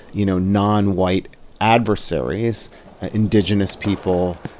you know, non-white adversaries indigenous people,